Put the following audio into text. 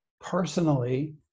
personally